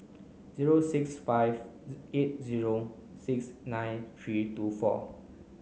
zero six five eight zero six nine three two four